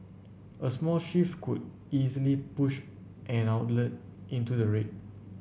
a small shift could easily push an outlet into the red